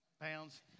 pounds